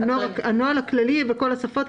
הנוהל הכללי בכל השפות.